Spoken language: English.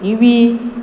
E V